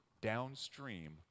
downstream